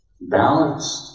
Balanced